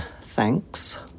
thanks